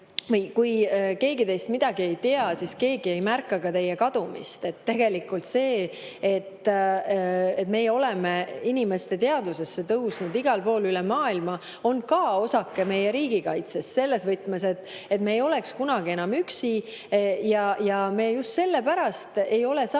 kui keegi teist midagi ei tea, siis keegi ei märka ka teie kadumist. Tegelikult see, et me oleme inimeste teadvusesse tõusnud igal pool üle maailma, on ka osake meie riigikaitsest, selles võtmes, et me ei oleks kunagi enam üksi. Me just sellepärast ei ole saanud